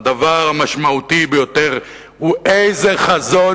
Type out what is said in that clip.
והדבר המשמעותי ביותר הוא איזה חזון